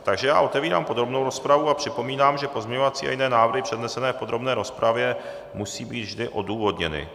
Takže otevírám podrobnou rozpravu a připomínám, že pozměňovací a jiné návrhy přednesené v podrobné rozpravě musí být vždy odůvodněny.